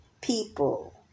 people